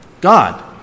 God